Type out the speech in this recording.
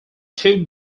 two